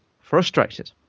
frustrated